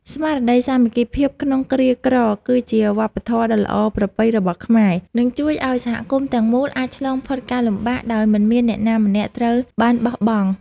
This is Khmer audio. ស្មារតីសាមគ្គីភាពក្នុងគ្រាក្រគឺជាវប្បធម៌ដ៏ល្អប្រពៃរបស់ខ្មែរ និងជួយឱ្យសហគមន៍ទាំងមូលអាចឆ្លងផុតការលំបាកដោយមិនមានអ្នកណាម្នាក់ត្រូវបានបោះបង់។